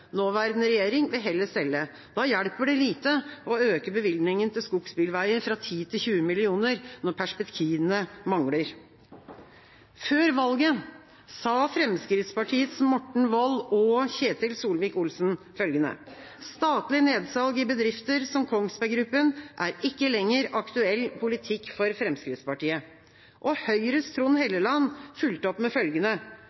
nåværende regjeringa vil heller selge. Da hjelper det lite å øke bevilgningen til skogsbilveier fra 10 mill. kr til 20 mill. kr når perspektivene mangler. Før valget sa Fremskrittspartiets Morten Wold og Ketil Solvik-Olsen at «statlig nedsalg i bedrifter som Kongsberg Gruppen ikke lenger er aktuell politikk for Frp». Og Høyres Trond Helleland fulgte opp med